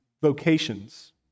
vocations